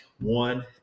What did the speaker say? one